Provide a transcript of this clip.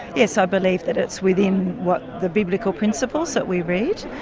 yes. i believe that it's within what, the biblical principles that we read.